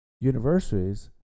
universities